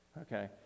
Okay